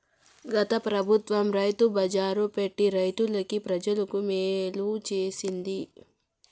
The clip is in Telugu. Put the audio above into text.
గత పెబుత్వం రైతు బజార్లు పెట్టి రైతులకి, ప్రజలకి మేలు చేసింది